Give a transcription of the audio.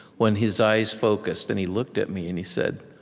when his eyes focused and he looked at me, and he said,